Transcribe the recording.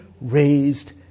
raised